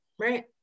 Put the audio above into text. Right